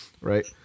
Right